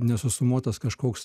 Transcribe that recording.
nesusumuotas kažkoks